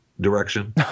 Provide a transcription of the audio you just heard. direction